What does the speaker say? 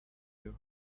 your